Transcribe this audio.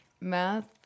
Math